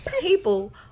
people